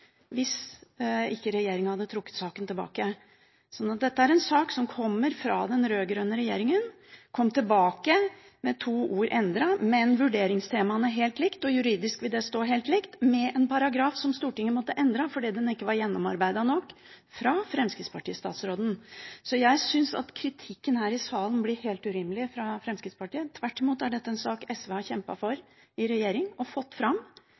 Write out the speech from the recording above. hvis ikke regjeringen hadde trukket saken tilbake. Så dette er en sak som kommer fra den rød-grønne regjeringen. Den kom tilbake med to ord endret, men vurderingstemaene er helt like. Juridisk vil det stå helt likt, med en paragraf som Stortinget hadde måttet endre, fordi den ikke var gjennomarbeidet nok av statsråden fra Fremskrittspartiet. Jeg syns at kritikken her i salen fra Fremskrittspartiet blir helt urimelig. Tvert imot er dette en sak SV har kjempet for i regjering og fått fram.